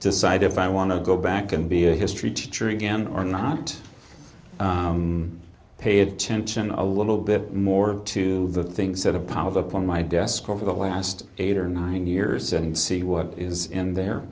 decide if i want to go back and be a history teacher again or not pay attention a little bit more to the things that have power of upon my desk over the last eight or nine years and see what is in there